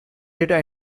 data